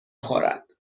خورد